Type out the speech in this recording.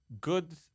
good